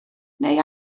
neu